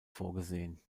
vorgesehen